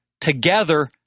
together